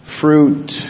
fruit